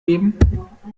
geben